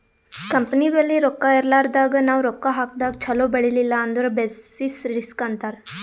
company ಬಲ್ಲಿ ರೊಕ್ಕಾ ಇರ್ಲಾರ್ದಾಗ್ ನಾವ್ ರೊಕ್ಕಾ ಹಾಕದಾಗ್ ಛಲೋ ಬೆಳಿಲಿಲ್ಲ ಅಂದುರ್ ಬೆಸಿಸ್ ರಿಸ್ಕ್ ಅಂತಾರ್